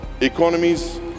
Economies